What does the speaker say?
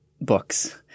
books